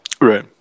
Right